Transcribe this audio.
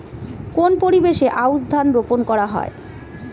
কোন পরিবেশে আউশ ধান রোপন করা হয়?